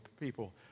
people